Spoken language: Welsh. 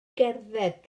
gerdded